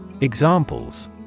Examples